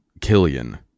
Killian